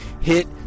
hit